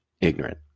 ignorant